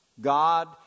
God